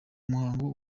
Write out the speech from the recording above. muhango